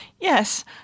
yes